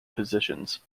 positions